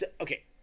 Okay